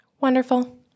Wonderful